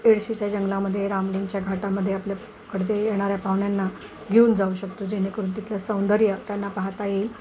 एडशीच्या जंगलामध्ये रामलींगच्या घाटामध्ये आपल्याकडं ते येणाऱ्या पाहुण्यांना घेऊन जाऊ शकतो जेणेकरून तिथलं सौंदर्य त्यांना पाहता येईल